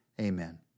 Amen